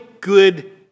good